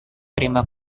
terima